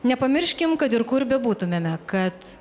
nepamirškim kad ir kur bebūtumėme kad